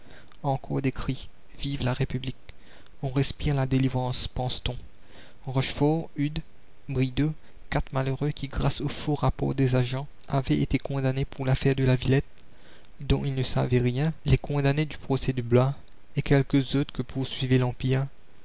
encore des cris vive la république la commune on respire la délivrance pense-t-on rochefort eudes brideau quatre malheureux qui grâce aux faux rapports des agents avaient été condamnés pour l'affaire de la villette dont ils ne savaient rien les condamnés du procès de blois et quelques autres que poursuivait